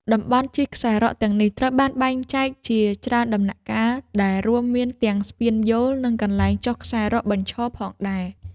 តំបន់ជិះខ្សែរ៉កទាំងនេះត្រូវបានបែងចែកជាច្រើនដំណាក់កាល ដែលរួមមានទាំងស្ពានយោល និងកន្លែងចុះខ្សែរ៉កបញ្ឈរផងដែរ។